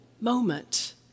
moment